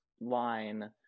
line